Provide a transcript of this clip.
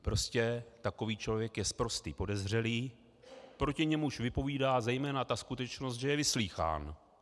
Prostě takový člověk je sprostý podezřelý, proti němuž vypovídá zejména ta skutečnost, že je vyslýchán.